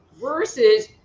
versus